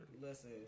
Listen